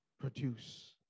produce